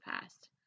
past